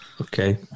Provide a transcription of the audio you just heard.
Okay